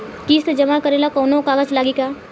किस्त जमा करे ला कौनो कागज लागी का?